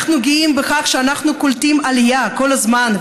אנחנו גאים בכך שאנחנו קולטים עלייה כל הזמן,